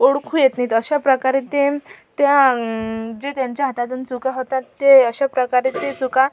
ओळखू येत नाहीत अशाप्रकारे ते त्या जे त्यांच्या हातातून चुका होतात ते अशाप्रकारे ते चुका